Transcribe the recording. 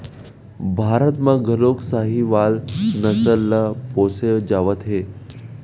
भारत म घलो साहीवाल नसल ल पोसे जावत हे